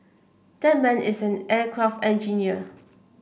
that man is an aircraft engineer